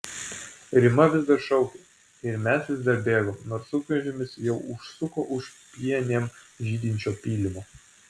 rima vis dar šaukė ir mes vis dar bėgom nors sunkvežimis jau užsuko už pienėm žydinčio pylimo